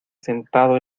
sentado